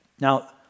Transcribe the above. Now